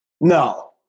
No